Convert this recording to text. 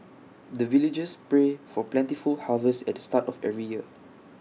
the villagers pray for plentiful harvest at the start of every year